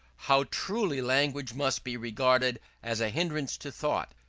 how truly language must be regarded as a hindrance to thought,